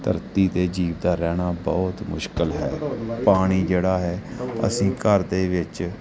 ਧਰਤੀ 'ਤੇ ਜੀਵ ਦਾ ਰਹਿਣਾ ਬਹੁਤ ਮੁਸ਼ਕਲ ਹੈ ਪਾਣੀ ਜਿਹੜਾ ਹੈ ਅਸੀਂ ਘਰ ਦੇ ਵਿੱਚ